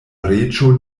reĝo